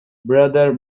brother